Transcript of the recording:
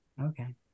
okay